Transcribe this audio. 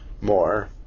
more